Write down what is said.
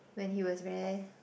when he was very